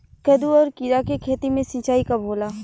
कदु और किरा के खेती में सिंचाई कब होला?